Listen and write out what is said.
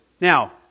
Now